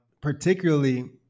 particularly